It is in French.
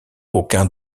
aucun